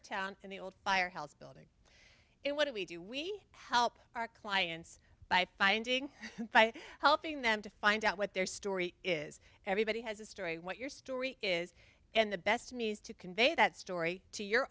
of town and the old fire house building it what do we do we help our clients by finding by helping them to find out what their story is everybody has a story what your story is and the best news to convey that story to your